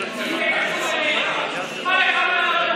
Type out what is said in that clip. זה קשור אליך.